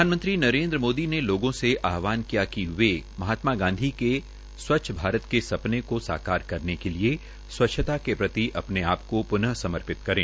प्रधानमंत्री नरेन्द्र मोदी ने लोगों से आहवान किया कि वे महात्मा गांधी के सव्च्छ के स्वच्छ भारत के सपने को साकार करेन के लिए स्वच्छता के प्रति अपने अध्यापकों प्न समर्पित करें